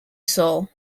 soul